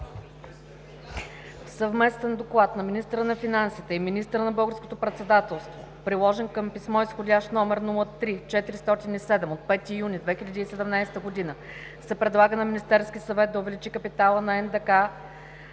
съвместен доклад на министъра на финансите и министъра за Българското председателство, приложен към писмо с изх. № 03-407 от 05 юни 2017 г., се предлага на Министерския съвет да увеличи капитала на